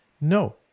No